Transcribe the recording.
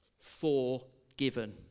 forgiven